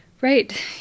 Right